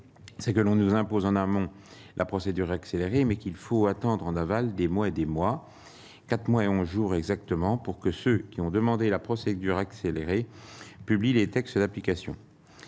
c'est que l'on nous impose en amont la procédure accélérée, mais qu'il faut attendre en aval des mois et des mois, 4 mois et 11 jours exactement pour que ceux qui ont demandé la procédure accélérée publie les textes d'application,